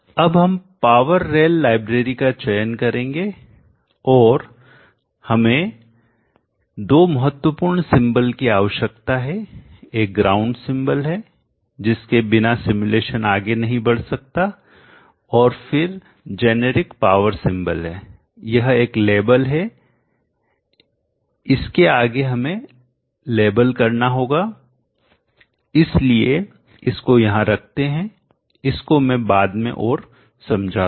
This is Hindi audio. अब हम पावर रेल लाइब्रेरी का चयन करेंगे और हमें दो महत्वपूर्ण सिंबल की आवश्यकता है एक ग्राउंड सिंबल है जिसके बिना सिमुलेशन आगे नहीं बढ़ सकता और फिर जेनेरिक पावर सिंबल है यह एक लेबल है इसके आगे हमें लेबल करना होगा इसलिए इसको यहां रखते हैं इसको मैं बाद में और समझा दूँगा